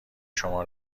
شما